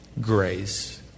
grace